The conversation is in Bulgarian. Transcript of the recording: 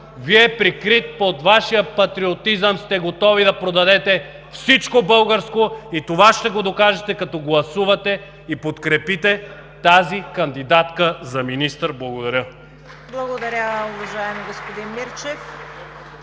Вие, прикрити под Вашия патриотизъм, сте готови да продадете всичко българско, и това ще го докажете, като гласувате и подкрепите тази кандидатка за министър. Благодаря. (Ръкопляскания от „БСП